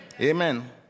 Amen